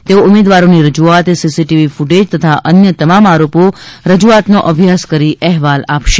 તેઓ ઉમેદવારોની રજૂઆત સીસીટીવી ફૂટેજ તથા અન્ય તમામ આરોપો રજૂઆતનો અભ્યાસ કરી અહેવાલ આપશે